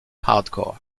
hardcore